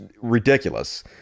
ridiculous